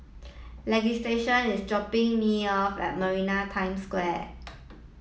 Leighton is dropping me off at Maritime Square